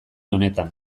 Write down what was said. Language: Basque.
honetan